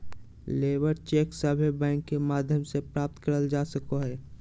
labour cheque सभे bank के माध्यम से प्राप्त करल जा सको हय